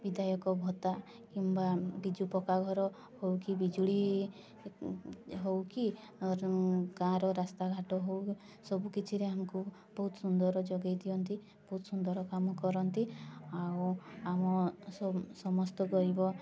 ବିଧାୟକ ଭତ୍ତା କିମ୍ବା ବିଜୁ ପକ୍କାଘର ହଉ କି ବିଜୁଳି ହଉ କି ଗାଁର ରାସ୍ତାଘାଟ ହଉ ସବୁକିଛିରେ ଆମକୁ ବହୁତ ସୁନ୍ଦର ଯୋଗାଇ ଦିଅନ୍ତି ବହୁତ ସୁନ୍ଦର କାମ କରନ୍ତି ଆଉ ଆମ ସମସ୍ତ ଗରିବ